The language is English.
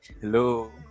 Hello